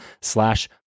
slash